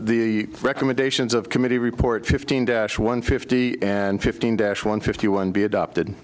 the recommendations of committee report fifteen dash one fifty and fifteen dash one fifty one be adopted